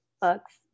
books